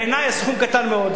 בעיני הסכום קטן מאוד,